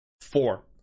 Four